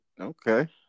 okay